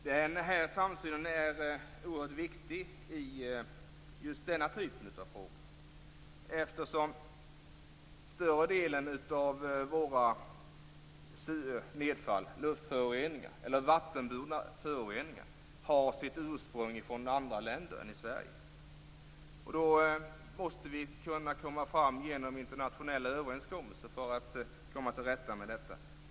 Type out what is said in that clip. Den här samsynen är oerhört viktig i just denna typ av frågor eftersom större delen av våra nedfall och vattenburna föroreningar har sitt ursprung från andra länder. Vi måste kunna komma fram genom internationella överenskommelser för att komma till rätta med detta.